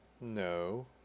No